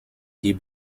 die